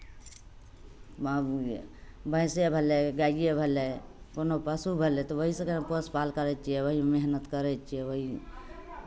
भैंसे भेलै गाए भेलै कोनो पशु भेलै तऽ ओही सभके पोस पालि करै छै ओही मेहनत करै छियै ओही